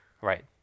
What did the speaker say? Right